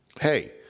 Hey